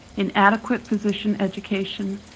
inadequate physician education,